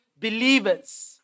believers